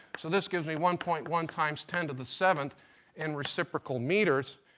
so this gives me one point one times ten to the seventh in reciprocal meters.